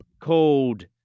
Called